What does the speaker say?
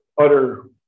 utter